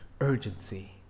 urgency